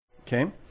okay